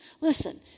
Listen